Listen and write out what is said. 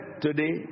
today